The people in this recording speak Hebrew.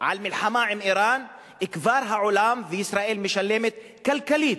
על מלחמה עם אירן כבר העולם וישראל משלמים כלכלית,